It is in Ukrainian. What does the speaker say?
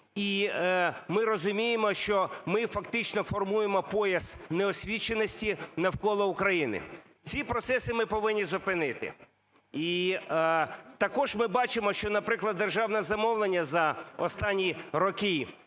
І ми розуміємо, що ми фактично формуємо пояс неосвіченості навколо України. Ці процеси ми повинні зупинити. І також ми бачимо, що, наприклад, державне замовлення за останні роки